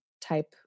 type